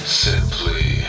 simply